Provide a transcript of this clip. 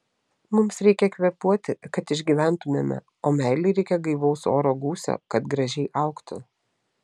mums reikia kvėpuoti kad išgyventumėme o meilei reikia gaivaus oro gūsio kad gražiai augtų